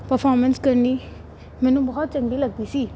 performance ਕਰਨੀ ਮੈਨੂੰ ਬਹੁਤ ਚੰਗੀ ਲੱਗਦੀ ਸੀ